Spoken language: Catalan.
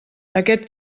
aquest